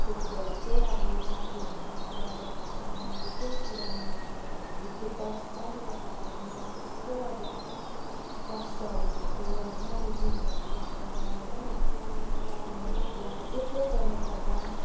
त्यति बेला चाहिँ अब साथीहरूसँग गर्दाखेरि अब मैले केही कुरा नजान्दाखेरि त्यो दसबार गर्दाखेरि मलाई कस्तो अब कष्टहरू हुन्थ्यो होइन अब जिउहरू दुखेर होइन अन्तखेरि अब एक्लै गर्नु पर्दा